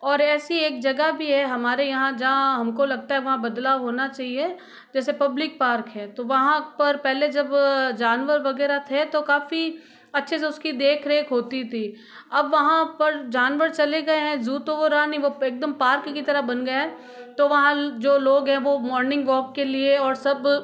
और ऐसी एक जगह भी है हमारे यहाँ जहाँ हमको लगता है वहाँ बदलाव होना चाहिए जैसे पब्लिक पार्क है तो वहाँ पर पहले जब जानवर वगैरह थे तो काफ़ी अच्छे से उसकी देख रेख होती थी अब वहाँ पर जानवर चले गए हैं ज़ू तो वो रहा नहीं वो एकदम पार्क की तरह बन गया है तो वहाँ जो लोग हैं वो मॉर्निंग वॉक के लिए और सब